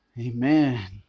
Amen